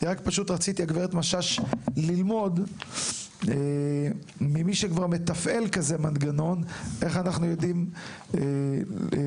רציתי ללמוד ממי שכבר מתפעל כזה מנגנון: איך נוכל ליצור